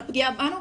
לפגיעה בנו.